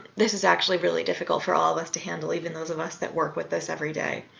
this is actually really difficult for all of us to handle, even those of us that work with this every day.